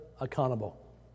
accountable